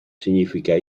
significa